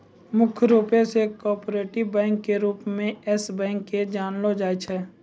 मुख्य रूपो से कार्पोरेट बैंको के रूपो मे यस बैंक के जानलो जाय छै